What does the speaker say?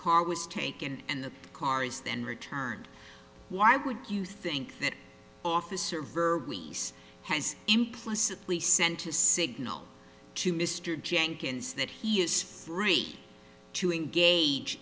car was taken and the cars then returned why would you think that officer ver least has implicitly sent a signal to mr jenkins that he is free to engage